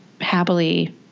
happily